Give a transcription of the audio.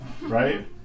right